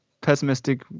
pessimistic